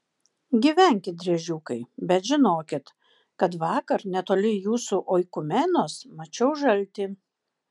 gyvenkit driežiukai bet žinokit kad vakar netoli jūsų oikumenos mačiau žaltį